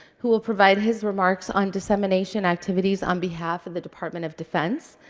who will provide his remarks on dissemination activities on behalf of the department of defense.